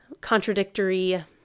contradictory